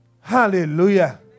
Hallelujah